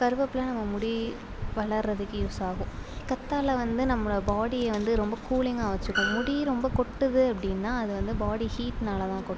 கருவேப்பிலை நம்ம முடி வளர்றதுக்கு யூஸ் ஆகும் கத்தாழை வந்து நம்ம பாடியை வந்து ரொம்ப கூலிங்காக வச்சுக்கும் முடியும் ரொம்ப கொட்டுது அப்படின்னா அது வந்து பாடி ஹீட்னாலில்தான் கொட்டும்